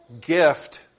gift